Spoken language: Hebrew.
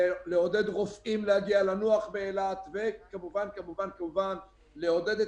לעודד רופאים להגיע לנוח באילת וכמובן לעודד את